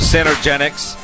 Synergenics